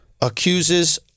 accuses